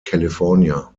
california